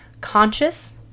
conscious